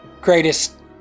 greatest